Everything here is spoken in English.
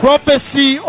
Prophecy